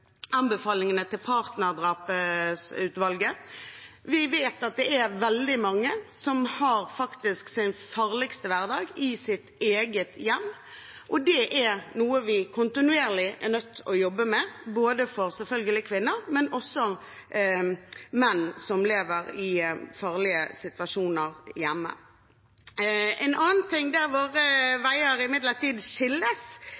anbefalingene til Partnerdrapsutvalget. Vi vet at det er veldig mange som faktisk har en farlig hverdag i eget hjem. Det er noe vi kontinuerlig er nødt til å jobbe med, selvfølgelig overfor kvinner, men også menn som lever i farlige situasjoner hjemme.